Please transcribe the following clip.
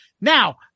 Now